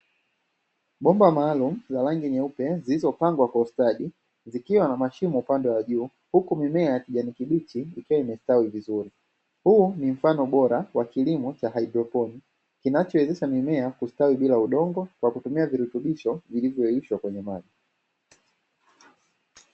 Bomba maalumu za rangi nyeupe zilizopangwa kwa ustadi, zikiwa na mashimo upande wa juu huku mimea ya kijani kibichi ikiwa imestawi vizuri. Huu ni mfano bora wa kilimo cha haidroponi, kinachowezesha mimea kustawi bila udongo kwa kutumia virutubisho vilivyoyeyushwa kwenye maji.